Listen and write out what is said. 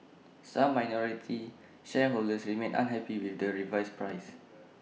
some minority shareholders remain unhappy with the revised price